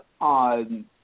on